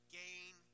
gain